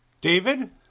David